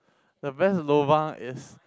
the best lobang is